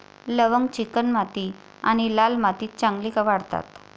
लवंग चिकणमाती आणि लाल मातीत चांगली वाढतात